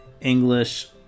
English